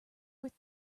worth